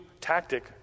tactic